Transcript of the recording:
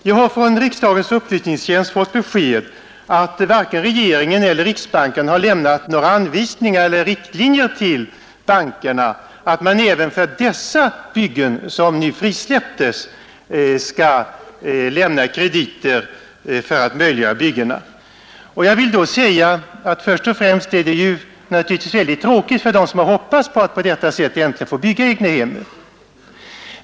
Jag har från riksdagens upplysningstjänst fått besked om att varken regeringen eller riksbanken har givit några anvisningar eller riktlinjer till bankerna, att man även för dessa byggen som nu frisläppts skall lämna krediter för att möjliggöra byggena. Först och främst är det naturligtvis mycket tråkigt för dem som har hoppats på att på detta sätt äntligen få bygga egnahem.